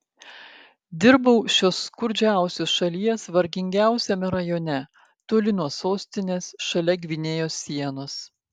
dirbau šios skurdžiausios šalies vargingiausiame rajone toli nuo sostinės šalia gvinėjos sienos